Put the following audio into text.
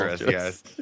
yes